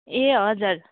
ए हजुर